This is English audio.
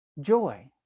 joy